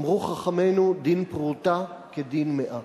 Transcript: אמרו חכמינו, "דין פרוטה כדין מאה".